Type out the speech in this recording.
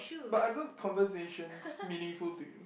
but are those conversations meaningful to you